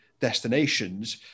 destinations